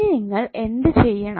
ഇനി നിങ്ങൾ എന്ത് ചെയ്യണം